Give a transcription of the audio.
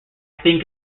think